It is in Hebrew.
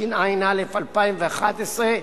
התשע"א 2011,